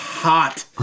Hot